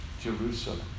Jerusalem